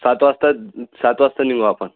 सात वाजता सात वाजता निघू आपण